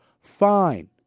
Fine